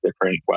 different